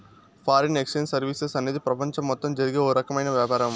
foreign exchange services అనేది ప్రపంచం మొత్తం జరిగే ఓ రకమైన వ్యాపారం